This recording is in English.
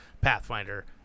Pathfinder